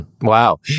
Wow